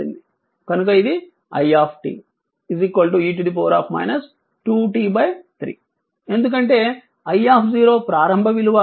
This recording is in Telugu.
కనుక ఇది i e 2t 3 ఎందుకంటే i ప్రారంభ విలువ 1 ఆంపియర్ అని ఇవ్వబడింది